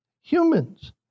Humans